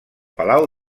palau